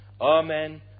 Amen